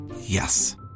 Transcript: Yes